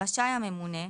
רשאי הממונה,